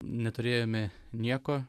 neturėjome nieko